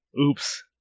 Oops